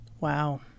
Wow